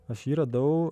aš jį radau